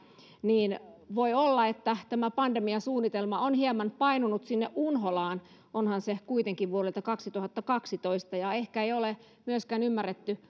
niin voi olla että tämä pandemiasuunnitelma on hieman painunut unholaan onhan se kuitenkin vuodelta kaksituhattakaksitoista ja ehkä ei ole myöskään ymmärretty